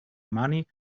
money